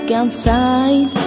outside